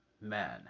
man